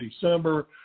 December